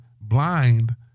blind